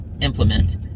implement